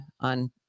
on